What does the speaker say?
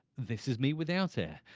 this is me without air.